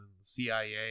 CIA